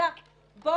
אל